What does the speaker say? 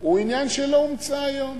הוא עניין שלא הומצא היום,